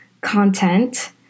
content